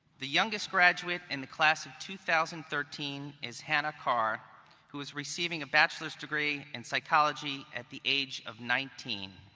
the youngest graduate in the class of two thousand and thirteen is hannah carr who is receiving a bachelor's degree in psychology at the age of nineteen.